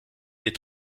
les